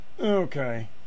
Okay